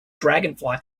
dragonfly